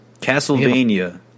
Castlevania